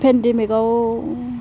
पेन्डामिकाव